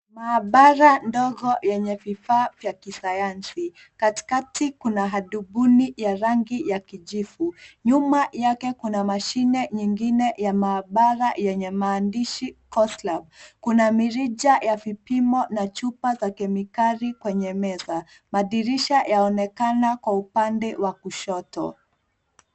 Maabara ndogo yenye vifaa vya kisayansi. Katikati kuna hadubuni ya rangi ya kijivu . Nyuma yake kuna mashine nyingine ya maabara yenye maandishi Coslab. Kuna mirija ya vipimo na chupa za kemikali kwenye meza. Madirisha yaonekana kwa upande wa kushoto.